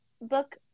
book